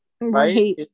Right